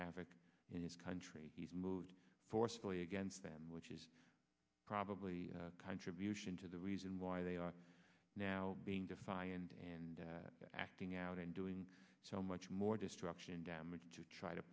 havoc in this country he's moved forcefully against them which is probably a contribution to the reason why they are now being defiant and acting out and doing so much more destruction damage to try to